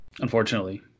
unfortunately